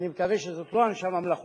אני קיימתי שיחה עם ראש